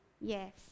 Yes